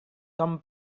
tom